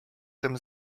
tym